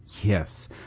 Yes